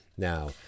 Now